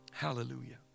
Hallelujah